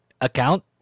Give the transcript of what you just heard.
account